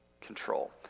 control